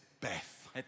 Beth